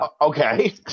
okay